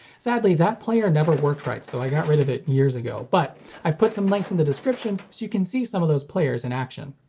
sadly, that player never worked right so i got rid of it years ago, but i've put some links in the description so you can see some of those players in action.